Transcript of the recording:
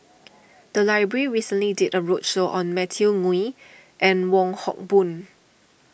the library recently did a roadshow on Matthew Ngui and Wong Hock Boon